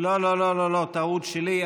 לא, לא, לא, לא, טעות שלי.